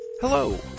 Hello